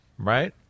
Right